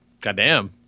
Goddamn